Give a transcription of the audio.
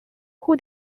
who